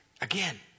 again